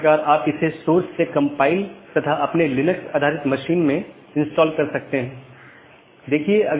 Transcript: इसलिए EBGP साथियों के मामले में जब हमने कुछ स्लाइड पहले चर्चा की थी कि यह आम तौर पर एक सीधे जुड़े नेटवर्क को साझा करता है